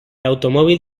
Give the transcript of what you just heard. automóvil